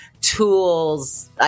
tools